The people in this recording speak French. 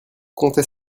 contez